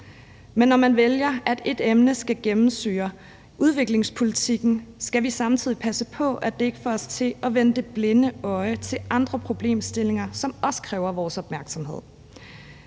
Men når man vælger, at ét emne skal gennemsyre udviklingspolitikken, skal vi samtidig passe på, at det ikke får os til at vende det blinde øje til andre problemstillinger, som også kræver vores opmærksomhed.